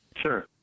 Sure